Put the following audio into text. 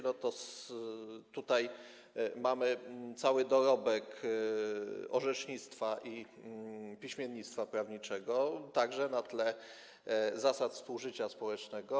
No tutaj mamy cały dorobek orzecznictwa i piśmiennictwa prawniczego, także na tle zasad współżycia społecznego.